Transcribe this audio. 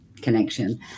connection